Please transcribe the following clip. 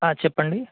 చెప్పండి